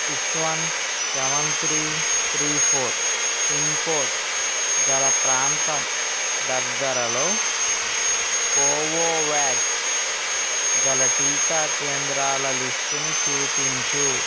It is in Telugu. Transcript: six one seven three three four pin code గల ప్రాంతం దగ్గరలో కోవోవాక్స్ గల టీకా కేంద్రాల లిస్టుని చూపించు